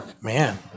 Man